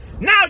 now